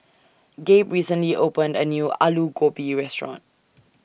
Gabe recently opened A New Alu Gobi Restaurant